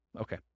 Okay